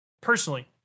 personally